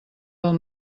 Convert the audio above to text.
del